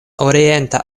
orienta